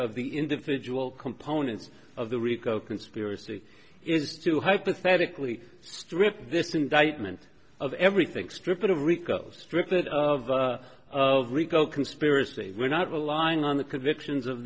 of the individual components of the rico conspiracy is to hypothetically strip this indictment of everything strip it of rico strip it of of rico conspiracy we're not relying on the convictions of